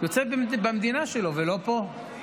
יוצא במדינה שלו ולא פה.